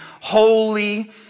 holy